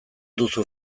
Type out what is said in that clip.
duzu